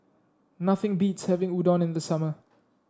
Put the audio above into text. nothing beats having Udon in the summer